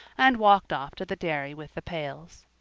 and walked off to the dairy with the pails.